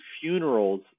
funerals